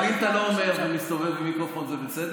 אבל אם אתה לא אומר ומסתובב עם מיקרופון זה בסדר?